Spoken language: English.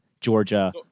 Georgia